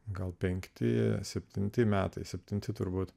gal penkti septinti metai septinti turbūt